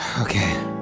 Okay